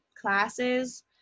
classes